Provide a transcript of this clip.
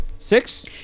Six